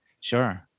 Sure